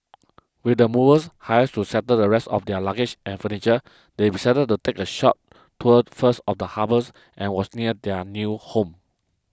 with the movers hired to settle the rest of their luggage and furniture they decided to take a short tour first of the harbours and was near their new home